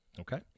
Okay